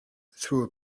through